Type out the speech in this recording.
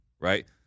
right